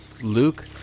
Luke